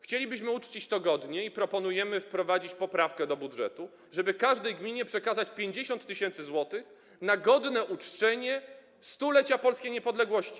Chcielibyście uczcić to godnie i proponujemy wprowadzić poprawkę do budżetu, żeby każdej gminie przekazać 50 tys. zł na godne uczczenie 100-lecia polskiej niepodległości.